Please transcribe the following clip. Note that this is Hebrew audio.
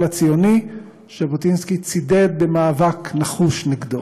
הציוני ז'בוטינסקי צידד במאבק נחוש נגדו.